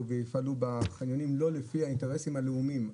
יפעלו בחניונים לא לפי האינטרסים הלאומיים,